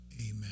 Amen